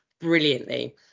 brilliantly